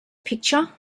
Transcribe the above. picture